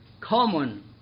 common